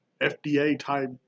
FDA-type